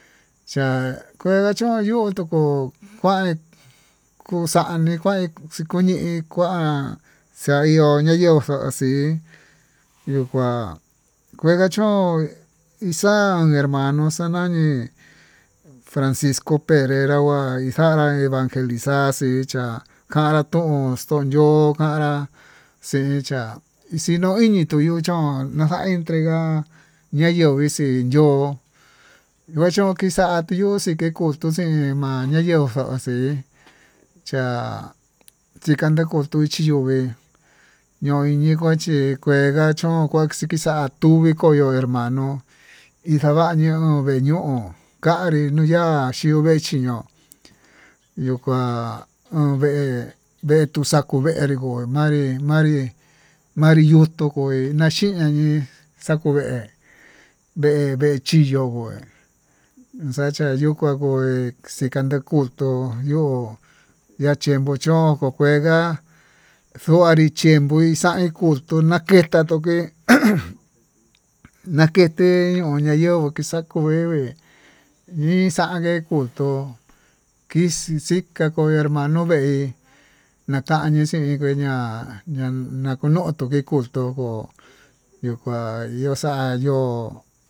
Cha'a kueda chón yu tuko, kuan kuxañi kuan kuñi kuan xaño'o nayo xoxii yo kuan kedachoin, ixa'a inka hermano xanani francisco perez ixanguai evangelixaxi xa'a kanrax to'ón to ñoo kanrax xicha xiñoiñi tuu yo'o chón, na'a xa'a entrega ña'a yo ixii tuu yo'ó, yoxon kixa'a yunxii kotoxoxi iama'a nayenguo xoxii cha'a chikandeju tuyuxi vee ño'o inyika chí kué, ndachón kue chí kixa'a kuvii koyo hermano ixavañu vee ñuu kanrii nuya'a xivexi vee ño'o yokuan uu vee, vee tuu xakunrí nguo manrí, manrí yuu tukui ianchiña ñuui takuvee vechinguó yuu kué inxacha yukua kue ve'í xikane kutu yo'o ya'a chinko chón ko'o kuenguá, yo'i chike xaí kutuu nakenka kutué ujun nakete no'o nayenguo kixa'a kuu ngueve ñixanke kutuu kixii xika kuu hermano veí nakani xhinke ña'a, ña ñakunoto yee kutuu yuu kua yo'o xa'a yo'ó.